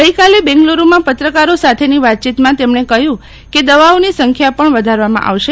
ગઈકાલે બેંગલુરૂમાં પત્રકારો સાથેની વાતચીતમાં તેમણે કહ્યું કે દવાઓની સંખ્યા પણ વધારવામાં આવશે